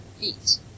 eat